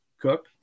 Cook